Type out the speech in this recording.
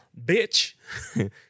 Bitch